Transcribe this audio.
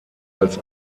als